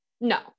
No